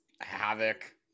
havoc